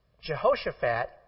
Jehoshaphat